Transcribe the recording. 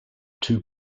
two